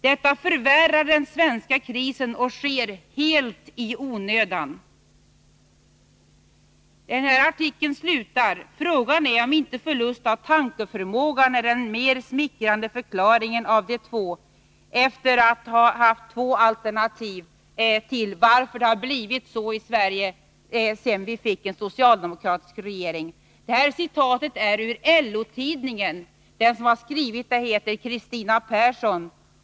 Detta förvärrar den svenska krisen, och sker helt i onödan.” ”Frågan är om inte förlust av tankeförmågan är den mer smickrande förklaringen av de två.” Detta efter att ha haft två alternativ till varför det har blivit så i Sverige sedan vi fick en socialdemokratisk regering. Citatet är hämtat ur LO-tidningen. Den som har skrivit artikeln heter Kristina Persson.